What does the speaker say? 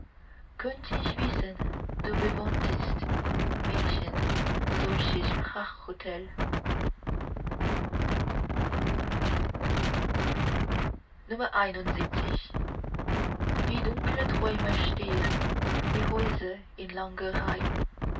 ich wissen du bewohntest mädchen solches prachthotel lxxi wie dunkle träume stehen die häuser in